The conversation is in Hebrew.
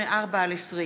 פ/3884/20